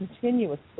continuously